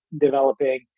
developing